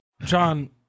John